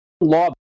law